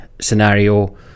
scenario